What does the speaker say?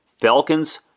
Falcons